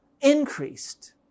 increased